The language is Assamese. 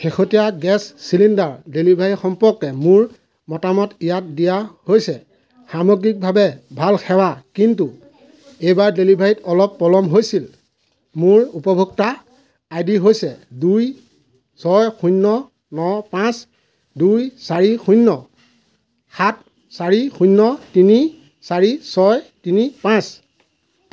শেহতীয়া গেছ চিলিণ্ডাৰ ডেলিভাৰী সম্পৰ্কে মোৰ মতামত ইয়াত দিয়া হৈছে সামগ্ৰিকভাৱে ভাল সেৱা কিন্তু এইবাৰ ডেলিভাৰীত অলপ পলম হৈছিল মোৰ উপভোক্তা আইডি হৈছে দুই ছয় শূন্য ন পাঁচ দুই চাৰি শূন্য সাত চাৰি শূন্য তিনি চাৰি ছয় তিনি পাঁচ